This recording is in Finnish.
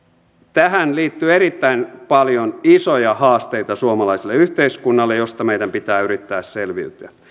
tähän liittyy erittäin paljon isoja haasteita suomalaiselle yhteiskunnalle joista meidän pitää yrittää selviytyä